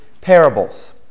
parables